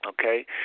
okay